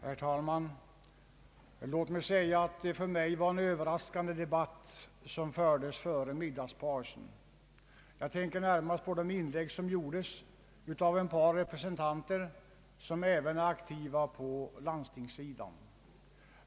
Herr talman! Låt mig säga ait det för mig var en överraskande debatt som fördes före middagspausen. Jag tänker närmast på de inlägg som gjordes av ett par representanter som även är aktiva på landstingssidan.